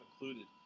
included